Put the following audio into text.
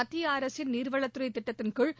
மத்திய அரசின் நீர்வளத்துறை திட்டத்தின்கீழ்